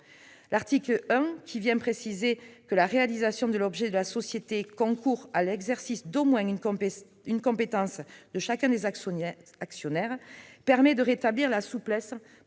commission, qui précise que la réalisation de l'objet de la société concourt à l'exercice d'au moins une compétence de chacun des actionnaires, permet de rétablir la souplesse